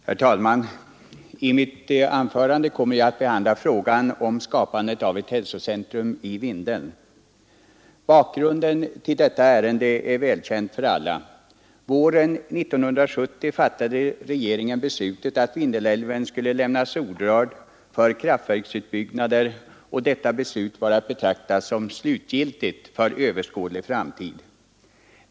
Herr talman! I mitt anförande kommer jag att behandla frågan om skapandet av ett hälsocentrum i Vindeln. Bakgrunden till detta ärende är välkänd för alla. Våren 1970 fattade regeringen beslutet att Vindelälven skulle lämnas orörd av kraftverksutbyggnader och att detta beslut var att betrakta som slutgiltigt för överskådlig framtid.